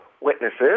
witnesses